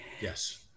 Yes